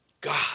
God